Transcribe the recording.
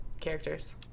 characters